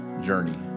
journey